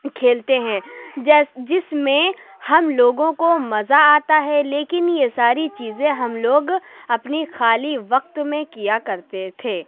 کھیلتے ہیں جس میں ہم لوگوں کو مزا آتا ہے لیکن یہ ساری چیزیں ہم لوگ اپنی خالی وقت میں کیا کرتے تھے